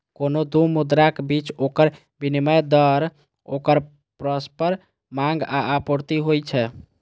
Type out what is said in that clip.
कोनो दू मुद्राक बीच ओकर विनिमय दर ओकर परस्पर मांग आ आपूर्ति होइ छै